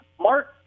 Mark